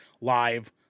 live